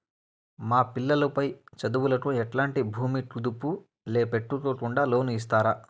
మా పిల్లలు పై చదువులకు ఎట్లాంటి భూమి కుదువు పెట్టుకోకుండా లోను ఇస్తారా